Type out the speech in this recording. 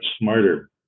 smarter